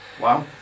Wow